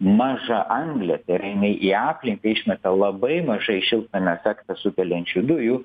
mažaanglė tai yra jinai į aplinką išmeta labai mažai šiltnamio efektą sukeliančių dujų